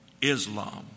Islam